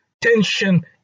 tension